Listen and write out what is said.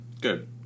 Good